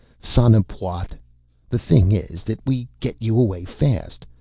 sa n'apawt. the thing is that we get you away fast.